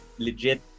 legit